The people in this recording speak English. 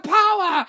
power